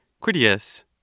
Critias